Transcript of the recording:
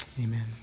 Amen